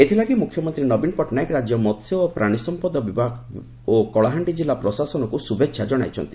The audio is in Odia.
ଏଥିଲାଗି ମୁଖ୍ୟମନ୍ତୀ ନବୀନ ପଟ୍ଟନାୟକ ରାଜ୍ୟ ମହ୍ୟ ଓ ପ୍ରାଣୀସମ୍ମଦ ବିକାଶ ବିଭାଗ ଓ କଳାହାଣ୍ଡି ଜିଲ୍ଲା ପ୍ରଶାସନକୁ ଶୁଭେଛା ଜଣାଇଛନ୍ତି